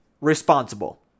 responsible